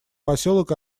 поселок